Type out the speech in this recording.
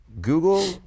Google